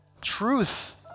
truth